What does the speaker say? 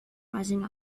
rising